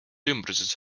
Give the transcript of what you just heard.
ümbruses